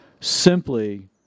Simply